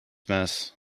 mess